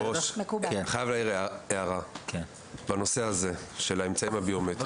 אני חייב להעיר הערה: בנושא הזה של האמצעים הביומטריים,